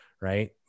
right